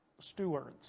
stewards